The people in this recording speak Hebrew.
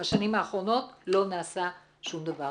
בשנים האחרונות לא נעשה שום דבר.